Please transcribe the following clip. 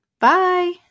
Bye